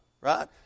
right